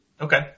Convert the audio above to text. Okay